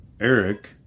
Eric